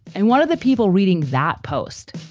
and one of the people reading that post,